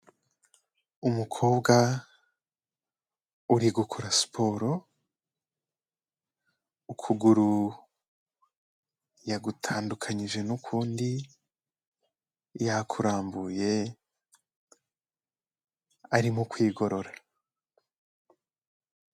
Umukobwa uri gukora siporo ukuguru yagutandukanyije n'ukundi yakurambuye arimo kwigorora.